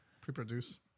Pre-produce